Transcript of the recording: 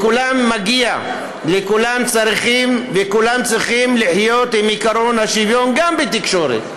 לכולם מגיע וכולם צריכים לחיות עם עקרון השוויון גם בתקשורת,